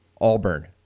Auburn